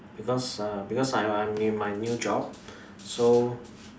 because uh because I I'm in my new job so